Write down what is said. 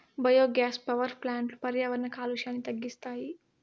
biogas power ప్లాంట్లు పర్యావరణ కాలుష్యాన్ని తగ్గిస్తాయి